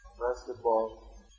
basketball